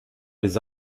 les